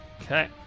Okay